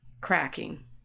cracking